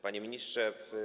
Panie Ministrze!